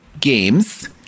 games